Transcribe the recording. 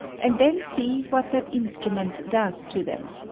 and then see what that inatra ment does to them.